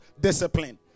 discipline